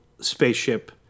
spaceship